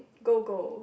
gold gold